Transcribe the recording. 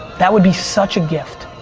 that would be such a gift,